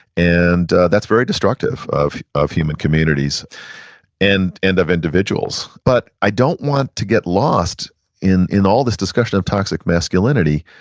and that's very destructive of of human communities and and of individuals. but i don't want to get lost in in all this discussion of toxic masculinity,